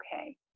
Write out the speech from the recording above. okay